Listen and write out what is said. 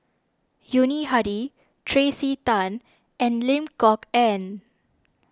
Yuni Hadi Tracey Tan and Lim Kok Ann